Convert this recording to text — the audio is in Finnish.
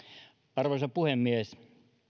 arvoisa puhemies